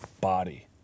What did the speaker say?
body